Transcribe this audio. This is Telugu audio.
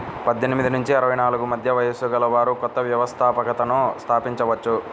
పద్దెనిమిది నుంచి అరవై నాలుగు మధ్య వయస్సు గలవారు కొత్త వ్యవస్థాపకతను స్థాపించవచ్చు